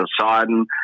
Poseidon